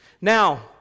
Now